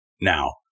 Now